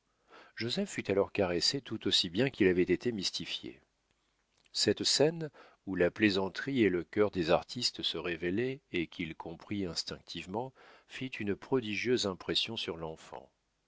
joseph fut alors caressé tout aussi bien qu'il avait été mystifié cette scène où la plaisanterie et le cœur des artistes se révélaient et qu'il comprit instinctivement fit une prodigieuse impression sur l'enfant